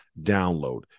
download